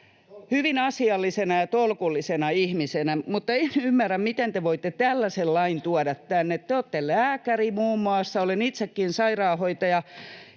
hyvin asiallisena ja tolkullisena ihmisenä, mutta en ymmärrä, miten te voitte tällaisen lain tuoda tänne. Te olette lääkäri muun muassa. Olen itsekin sairaanhoitaja,